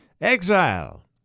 Exile